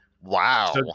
Wow